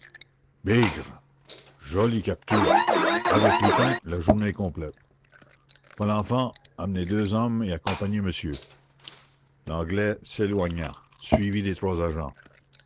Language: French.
bigre jolie capture avec lupin la journée est complète folenfant emmenez deux hommes et accompagnez monsieur l'anglais s'éloigna suivi des trois agents